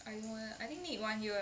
I don't know leh I think need one year